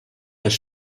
das